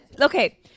okay